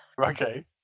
Okay